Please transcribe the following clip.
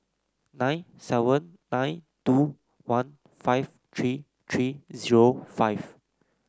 nine seven nine two one five three three zero five